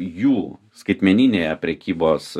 jų skaitmeninėje prekybos